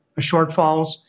shortfalls